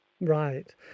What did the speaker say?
right